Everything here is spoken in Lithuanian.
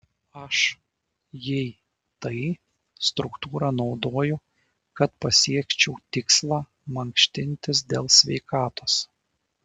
aš jei tai struktūrą naudoju kad pasiekčiau tikslą mankštintis dėl sveikatos